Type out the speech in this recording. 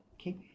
okay